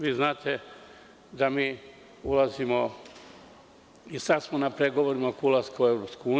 Vi znate da mi ulazimo i sada smo na pregovorima oko ulaska u EU.